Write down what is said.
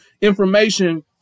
information